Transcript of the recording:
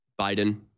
Biden